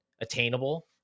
attainable